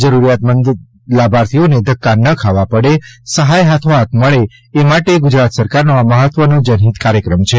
જરૂરિયાતમંદ લાભાર્થીઓને ધક્કા ન ખાવા પડે સહાય હાથો હાથ મળે એ માટે ગુજરાત સરકારનો આ મહત્વનો જનહિત કાર્યક્રમ છે